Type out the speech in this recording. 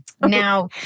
Now